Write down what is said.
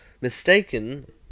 Mistaken